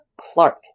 Clark